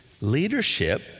leadership